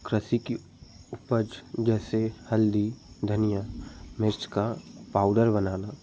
कृषि की उपज जैसे हल्दी धनिया उसका पाउडर बनाना